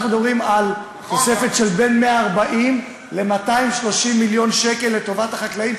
אז אנחנו מדברים על תוספת של בין 140 ל-230 מיליון שקל לטובת החקלאים,